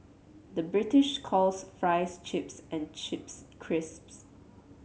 the British calls fries chips and chips crisps